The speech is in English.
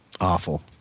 Awful